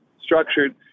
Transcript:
structured